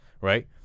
right